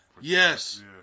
Yes